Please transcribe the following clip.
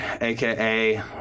aka